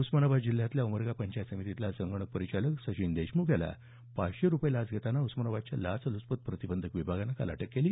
उस्मानाबाद जिल्ह्यातल्या उमरगा पंचायत समितीतला संगणक परिचालक सचिन देशमुख याला पाचशे रुपयांची लाच घेताना उस्मानाबादच्या लाचलुचपत प्रतिबंधक विभागानं काल अटक केली